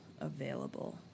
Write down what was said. available